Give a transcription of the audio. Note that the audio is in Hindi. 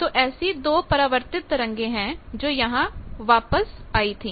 तो ऐसी दो परावर्तित तरंगे हैं जो यहां वापस आई थी